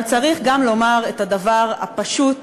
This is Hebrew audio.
אבל צריך גם לומר את הדבר הפשוט,